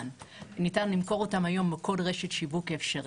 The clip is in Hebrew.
ניתן למכור אותן היום בכל רשת שיווק אפשרית.